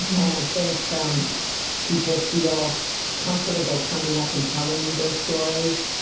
and i think um people feel comfortable coming up and telling me their stories,